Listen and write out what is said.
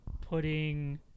putting